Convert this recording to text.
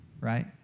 right